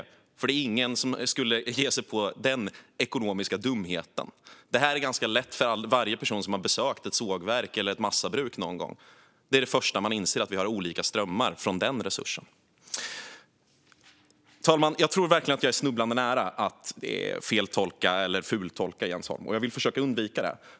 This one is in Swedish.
Det är nämligen ingen som skulle ge sig på den ekonomiska dumheten. Det här är ganska lätt för varje person som någon gång har besökt ett sågverk eller ett massabruk att förstå; det första man inser är att man har olika strömmar från den resursen. Herr talman! Jag tror verkligen att jag är snubblande nära att feltolka eller fultolka Jens Holm, och jag vill försöka undvika det.